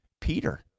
Peter